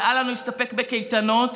ואל לנו להסתפק בקייטנות,